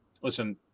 listen